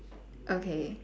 okay